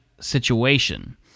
situation